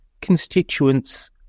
constituents